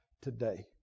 today